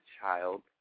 child